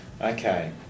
Okay